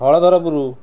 ହଳଧରପୁରୁ